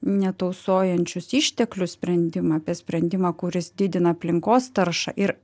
netausojančius išteklius sprendimą apie sprendimą kuris didina aplinkos taršą ir